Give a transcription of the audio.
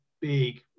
big